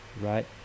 right